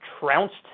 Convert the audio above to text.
trounced